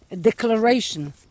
declaration